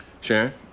Sharon